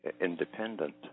independent